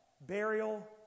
burial